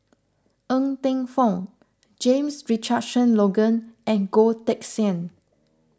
Ng Teng Fong James Richardson Logan and Goh Teck Sian